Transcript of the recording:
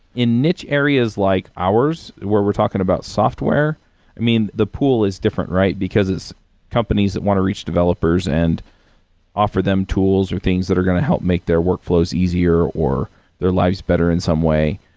in niche areas like ours, where we're talking about software i mean, the pool is different, right? because companies that want to reach developers and offer them tools or things that are going to help make their workflows easier or their lives better in some way.